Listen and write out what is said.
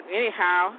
anyhow